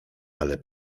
ale